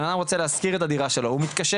בן אדם רוצה להשכיר את הדירה שלו והוא מתקשר